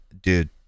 dude